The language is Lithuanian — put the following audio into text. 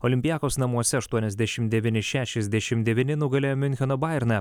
olympiakos namuose aštuoniasdešim devyni šešiasdešim devyni nugalėjo miuncheno bajerną